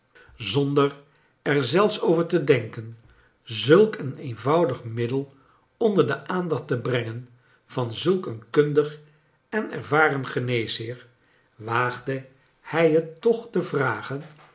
zoader er zelfs over te denken znlk eea eenvoudig middel oader de aandacht te breagea vaa zalk een kuadig en ervaren geneesheer waagde hij het toch te vragen